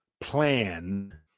plan